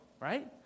right